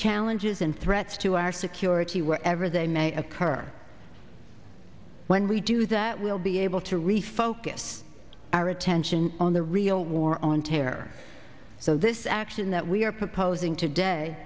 challenges and threats to our security wherever they may occur when we do that we'll be able to refocus our attention on the real war on terror so this action that we are proposing today